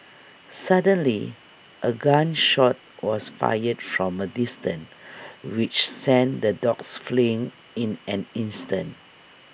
suddenly A gun shot was fired from A distance which sent the dogs fleeing in an instant